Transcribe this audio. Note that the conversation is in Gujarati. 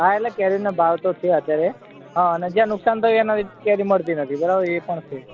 હા એટલે કેરીઓના ભાવ તો છે અત્યારે હા અને જ્યાં નુકસાન થયું એના લીધે કેરી મળતી નથી બરાબર એ પણ છે